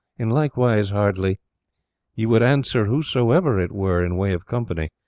in like wise hardely ye would answere whosoever it were in way of company.